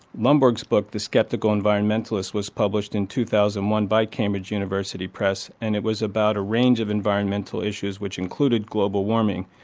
lomborg's book the sceptical environmentalist was published in two thousand and one by cambridge university press and it was about a range of environmental issues which included global warming,